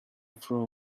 throw